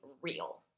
real